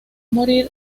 morir